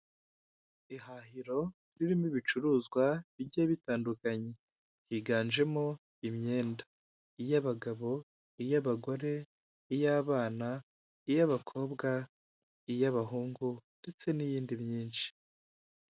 Ihahiro ririmo ibicuruzwa bigiye bitandukanye. Higanjemo imyenda. Iy'abagabo, iy'abagore, iy'abana, iy'abakobwa, iy'abahungu, ndetse n'iyindi myinshi.